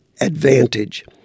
Advantage